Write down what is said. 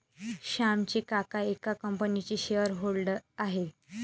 श्यामचे काका एका कंपनीचे शेअर होल्डर आहेत